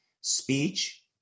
Speech